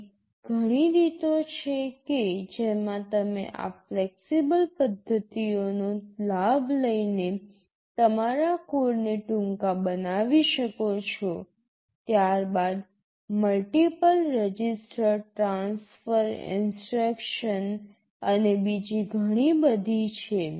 એવી ઘણી રીતો છે કે જેમાં તમે આ ફ્લેક્સિબલ પદ્ધતિઓનો લાભ લઈને તમારા કોડને ટૂંકા બનાવી શકો છો ત્યારબાદ મલ્ટિપલ રજિસ્ટર ટ્રાન્સફર ઇન્સટ્રક્શન અને બીજી ગણી બધી છે